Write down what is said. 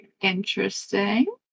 Interesting